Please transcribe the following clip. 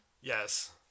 Yes